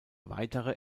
weitere